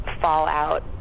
fallout